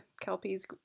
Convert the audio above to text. Kelpie's